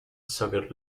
soccer